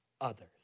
others